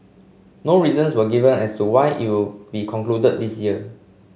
no reasons were given as to why it will be concluded this year